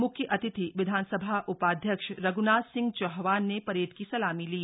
मुख्य अतिथि विधानसभा उपाध्यक्ष रघ्नाथ सिंह चौहान ने परेड की सलामी ली